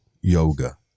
yoga